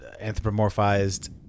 anthropomorphized